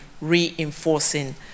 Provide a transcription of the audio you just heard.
reinforcing